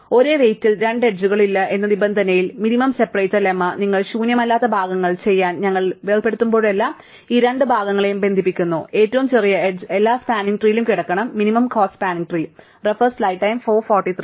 അതിനാൽ ഒരേ വെയ്റ്റൽ രണ്ട് എഡ്ജുകളില്ല എന്ന നിബന്ധനയിൽ മിനിമം സെപ്പറേറ്റർ ലെമ്മ നിങ്ങൾ ശൂന്യമല്ലാത്ത ഭാഗങ്ങൾ ചെയ്യാൻ ഞങ്ങളെ വേർപെടുത്തുമ്പോഴെല്ലാം ഈ രണ്ട് ഭാഗങ്ങളെയും ബന്ധിപ്പിക്കുന്ന ഏറ്റവും ചെറിയ എഡ്ജ് എല്ലാ സ്പാനിങ് ട്രീലും കിടക്കണം മിനിമം കോസ്റ്റ സ്പാനിങ് ട്രീ